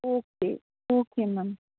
okay okay ma'am